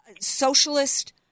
socialist